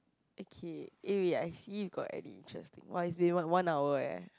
okay eh wait I see we got any interesting !wah! it's been one one hour eh